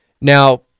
Now